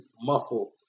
muffle